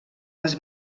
les